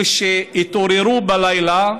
התעוררו בלילה,